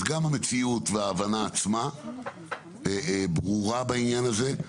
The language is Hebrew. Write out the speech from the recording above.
אז גם המציאות וההבנה עצמה ברורה בעניין הזה.